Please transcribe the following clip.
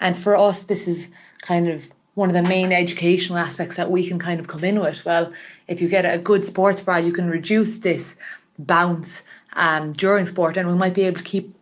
and for us this is kind of one of the main educational aspects that we can kind of come in with. well if you get a good sports bra you can reduce this bounce and during sport and we might be able to keep